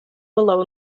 will